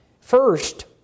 First